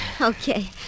Okay